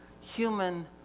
human